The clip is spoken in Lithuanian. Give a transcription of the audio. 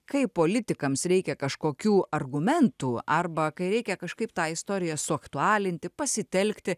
kai politikams reikia kažkokių argumentų arba kai reikia kažkaip tą istoriją suaktualinti pasitelkti